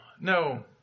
no